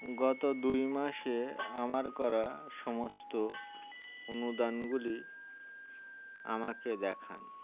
গত দুই মাসে আমার করা সমস্ত অনুদানগুলি আমাকে দেখান